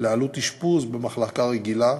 לעלות אשפוז במחלקה רגילה,